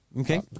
Okay